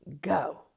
go